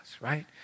Right